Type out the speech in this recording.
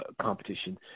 competition